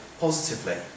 positively